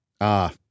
Ah